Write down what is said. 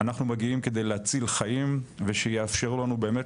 אנחנו מגיעים כדי להציל חיים ושיאפשרו לנו באמת